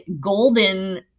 golden